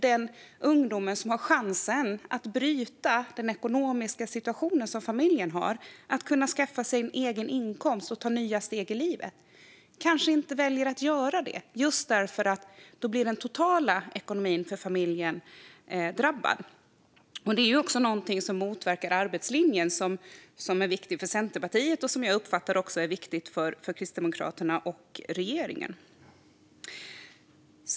Denna unga person som har chansen att bryta familjens ekonomiska situation, skaffa sig en egen inkomst och ta nya steg i livet kanske väljer att inte göra det just därför att familjens totala ekonomi då blir drabbad. Detta motverkar också arbetslinjen, som är viktig för Centerpartiet och som jag också uppfattar är viktig för Kristdemokraterna och regeringen.